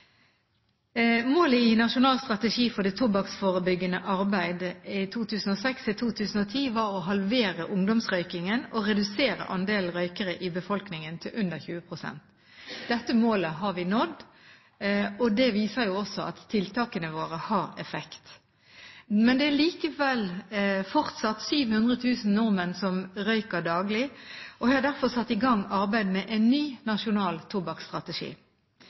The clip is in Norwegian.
Målet i Nasjonal strategi for det tobakksforebyggende arbeidet 2006–2010 var å halvere ungdomsrøykingen og redusere andelen røykere i befolkningen til under 20 pst. Dette målet har vi nådd, og det viser også at tiltakene våre har effekt. Det er likevel fortsatt 700 000 nordmenn som røyker daglig. Jeg har derfor satt i gang arbeid med en ny nasjonal tobakksstrategi.